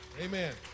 Amen